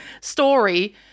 story